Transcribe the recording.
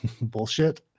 bullshit